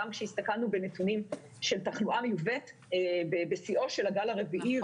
גם כשהסתכלנו בנתונים של תחלואה נלווית בשיאו של הגל הרביעי,